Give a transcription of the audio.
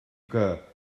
que